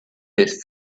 his